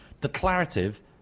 declarative